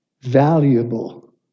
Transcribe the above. Valuable